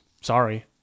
sorry